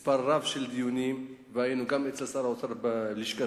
היה מספר רב של דיונים גם אצל שר האוצר בלשכתו,